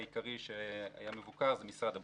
העיקרי שהיה מבוקר הוא משרד הבריאות.